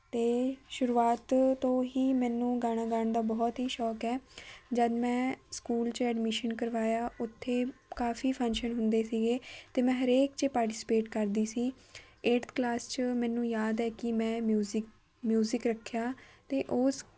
ਅਤੇ ਸ਼ੁਰੂਆਤ ਤੋਂ ਹੀ ਮੈਨੂੰ ਗਾਣਾ ਗਾਉਣ ਦਾ ਬਹੁਤ ਹੀ ਸ਼ੌਕ ਹੈ ਜਦ ਮੈਂ ਸਕੂਲ 'ਚ ਐਡਮਿਸ਼ਨ ਕਰਵਾਇਆ ਉੱਥੇ ਕਾਫੀ ਫੰਕਸ਼ਨ ਹੁੰਦੇ ਸੀਗੇ ਅਤੇ ਮੈਂ ਹਰੇਕ 'ਚ ਪਾਰਟੀਸਪੇਟ ਕਰਦੀ ਸੀ ਏਟਥ ਕਲਾਸ 'ਚ ਮੈਨੂੰ ਯਾਦ ਹੈ ਕਿ ਮੈਂ ਮਿਊਜ਼ਕ ਮਿਊਜ਼ਿਕ ਰੱਖਿਆ ਅਤੇ ਉਸ